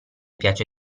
piace